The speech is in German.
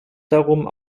darum